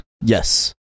Yes